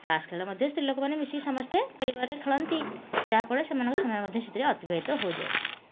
ତାସ୍ ଖେଳ ମଧ୍ୟ ସ୍ତ୍ରୀଲୋକମାନେ ମିଶିକି ସମସ୍ତେ ପରିବାରରେ ଖେଳନ୍ତି ଯାହାଫଳରେ ସେମାନଙ୍କ ସମୟ ମଧ୍ୟ ସେଇଥିରେ ଅତିବାହିତ ହୋଇଯାଏ